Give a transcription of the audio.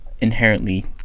inherently